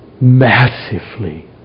massively